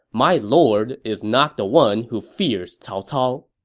my lord is not the one who fears cao cao.